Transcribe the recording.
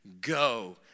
go